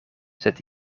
sed